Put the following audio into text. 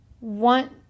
want